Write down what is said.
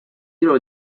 肌肉